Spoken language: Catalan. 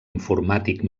informàtic